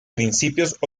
principios